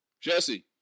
Jesse